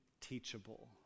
teachable